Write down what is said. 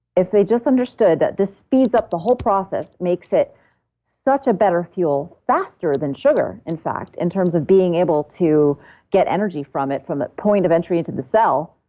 if they just understood that this speeds up the whole process makes it such a better fuel faster than sugar, in fact, in terms of being able to get energy from it from the point of entry into the cell,